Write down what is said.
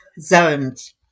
zones